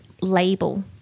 label